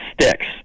sticks